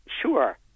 Sure